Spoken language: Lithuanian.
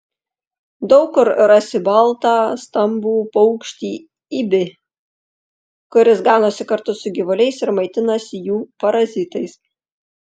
daug kur rasi baltą stambų paukštį ibį kuris ganosi kartu su gyvuliais ir maitinasi jų parazitais